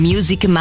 Music